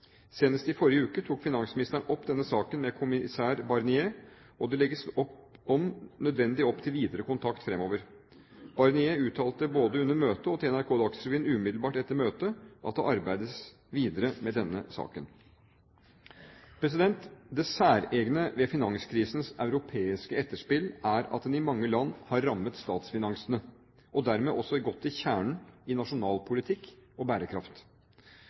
Senest i forrige uke tok finansministeren opp denne saken med kommissær Barnier, og det legges om nødvendig opp til videre kontakt fremover. Barnier uttalte både under møtet og til NRK Dagsrevyen umiddelbart etter møtet at det arbeides videre med denne saken. Det særegne ved finanskrisens europeiske etterspill er at den i mange land har rammet statsfinansene og dermed også gått til kjernen i nasjonal politikk og bærekraft.